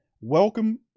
welcome